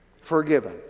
Forgiven